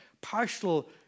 partial